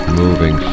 moving